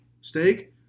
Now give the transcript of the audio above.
Steak